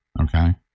Okay